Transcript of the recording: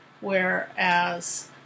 whereas